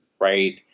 right